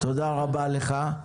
תודה רבה לך.